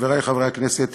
חברי חברי הכנסת,